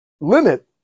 limit